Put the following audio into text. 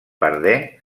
perdé